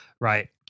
Right